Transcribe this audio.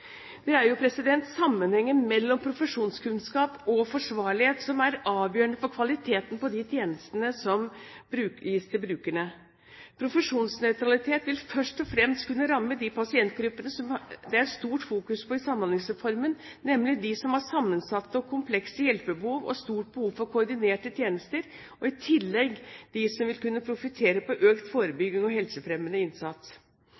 Det er jo sammenhengen mellom profesjonskunnskap og forsvarlighet som er avgjørende for kvaliteten på de tjenestene som gis til brukerne. Profesjonsnøytralitet vil først og fremst kunne ramme de pasientgruppene som det er stort fokus på i Samhandlingsreformen, nemlig de som har sammensatte og komplekse hjelpebehov og stort behov for koordinerte tjenester, og i tillegg de som vil kunne profitere på økt